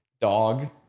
dog